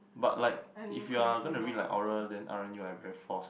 but like if you're going to read like oral then aren't you very forced